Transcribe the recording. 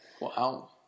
Wow